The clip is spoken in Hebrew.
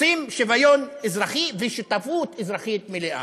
רוצים שוויון אזרחי ושותפות אזרחית מלאה.